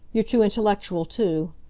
you're too intellectual, too.